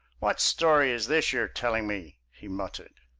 what story is this you are telling me? he muttered.